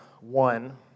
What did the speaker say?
one